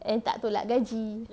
and tak tolak gaji